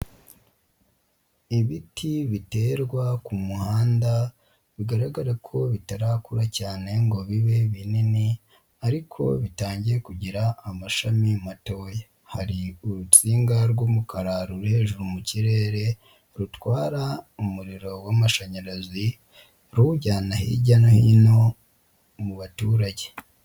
Ibiti biterwa ku muhanda bigaragara ko bitarakura cyane ngo bibe binini ariko bitangiye kugira amashami matoya, hari urutsinga rw'umukara rure hejuru mu kirere rutwara umuriro w'amashanyarazi ruwujyana hirya no hino mu baturage.